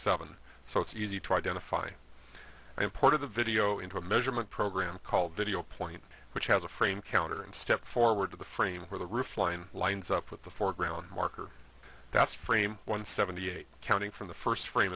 seven so it's easy to identify the import of the video into a measurement program called video point which has a frame counter and step forward to the frame where the roof line lines up with the foreground marker that's frame one seventy eight counting from the first frame